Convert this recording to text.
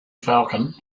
falcon